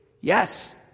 Yes